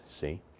see